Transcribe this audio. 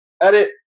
edit